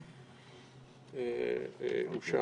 הצבעה בעד, פה אחד השינויים אושרו.